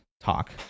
talk